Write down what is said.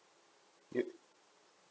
you